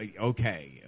okay